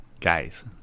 guys